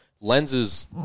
lenses